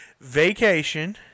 vacation